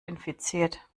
infiziert